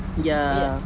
ya